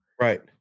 Right